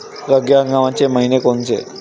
रब्बी हंगामाचे मइने कोनचे?